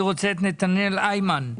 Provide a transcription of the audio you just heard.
אני רוצה לשמוע את נתנאל היימן.